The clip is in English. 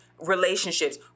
relationships